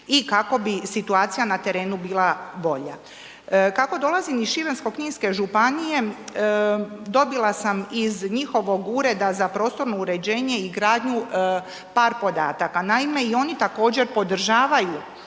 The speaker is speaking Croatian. i kako bi situacija na terenu bila bolja. Kako dolazi iz Šibensko-kninske županije, dobila sam iz njihovog Ureda za prostorno uređenje i gradnju par podataka. Naime, i oni također podržavaju